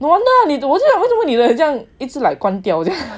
no wonder 我就想为什么你的一直很像关掉这样